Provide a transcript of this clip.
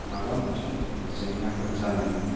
माबा मोनसे जेंनाफोर जानायनि